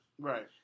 Right